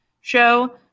show